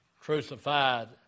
crucified